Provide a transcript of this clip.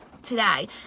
today